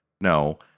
No